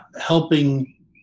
helping